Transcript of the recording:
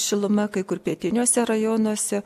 šiluma kai kur pietiniuose rajonuose